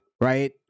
Right